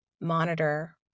monitor